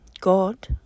God